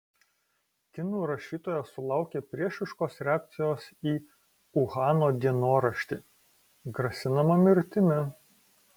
kinų rašytoja sulaukė priešiškos reakcijos į uhano dienoraštį grasinama mirtimi